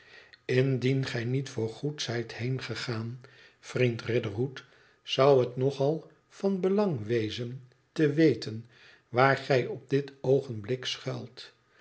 indien gij niet voorgoed zijt heengegaan vriend riderhood zou het nog al van belang wezen te weten waar gij op dit oogenblik schuilt